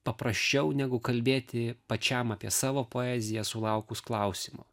paprasčiau negu kalbėti pačiam apie savo poeziją sulaukus klausimo